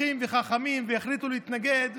פיקחים וחכמים, הם החליטו להתנגד.